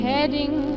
Heading